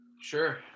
Sure